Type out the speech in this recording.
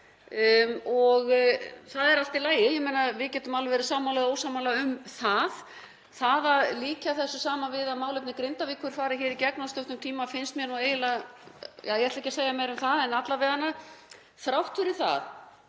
og það er allt í lagi, við getum alveg verið sammála eða ósammála um það. Það að líkja þessu saman við að málefni Grindavíkur fari hér í gegn á stuttum tíma finnst mér eiginlega — ég ætla ekki að segja meira um það. En alla vega, þrátt fyrir að